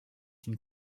une